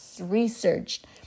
researched